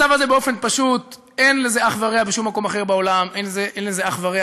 הצו הזה, באופן פשוט, אין לזה אח ורע